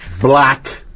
black